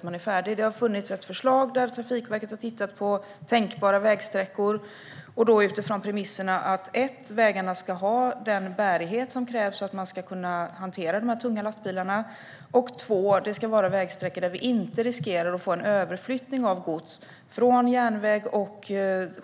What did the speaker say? Det har funnits ett förslag på tänkbara vägsträckor som Trafikverket har tittat på. Premisserna är för det första att vägarna ska ha den bärighet som krävs för att klara de tunga lastbilarna och för det andra att det ska vara vägsträckor som inte riskerar att det blir en överflyttning av gods från järnväg och